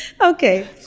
Okay